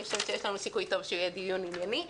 אני חושבת שיש לנו סיכוי טוב שהוא יהיה דיון ענייני.